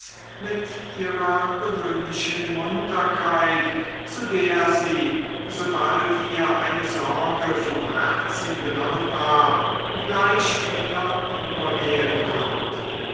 mit ihrer gewöhnlichen munterkeit zu der sie sobald ihr eine sorge vom herzen genommen war gleich wieder übergehen konnte